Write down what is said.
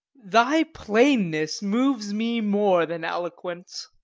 thy plainness moves me more than eloquence,